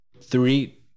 three